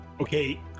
Okay